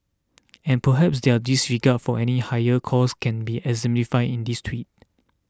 and perhaps their disregard for any higher cause can be exemplified in this Tweet